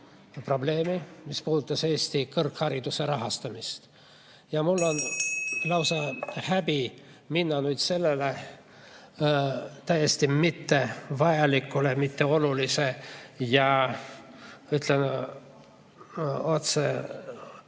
probleemi, mis puudutas Eesti kõrghariduse rahastamist, ja mul on lausa häbi minna nüüd selle täiesti mittevajaliku, mitteolulise, ja ütlen otse,